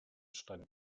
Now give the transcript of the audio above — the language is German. stand